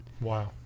Wow